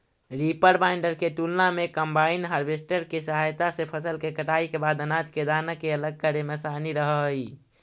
reaper binder के तुलना में कम्बाइन हार्वेस्टर के सहायता से फसल के कटाई के बाद अनाज के दाना के अलग करे में असानी रहऽ हई